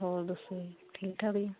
ਹੋਰ ਦੱਸੋ ਠੀਕ ਠਾਕ ਜੀ